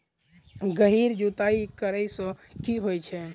गहिर जुताई करैय सँ की होइ छै?